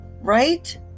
Right